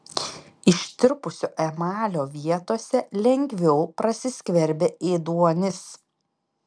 ištirpusio emalio vietose lengviau prasiskverbia ėduonis